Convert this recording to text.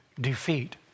defeat